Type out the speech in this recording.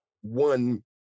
one